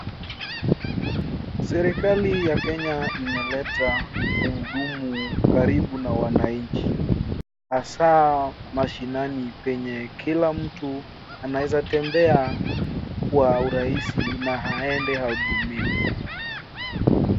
Serikali ya Kenya imeleta mhudumu karibu na wananchi hasaa mashinani penye kila mtu anaeza tembea kwa urahisi na aende ahudumiwe.